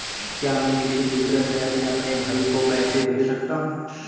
क्या मैं किसी दूसरे शहर में अपने भाई को पैसे भेज सकता हूँ?